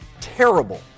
terrible